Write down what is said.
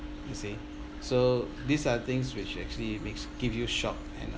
you see so these are the things which actually makes give you shock and uh